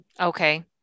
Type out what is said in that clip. Okay